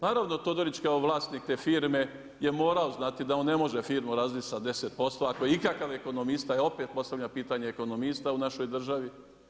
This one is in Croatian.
Naravno Todorić kao vlasnik te firme je morao znati da on ne može firmu razviti sa 10% ako je ikakav ekonomiste, ja opet postavljam pitanje ekonomista u našoj državi.